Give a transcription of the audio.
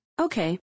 Okay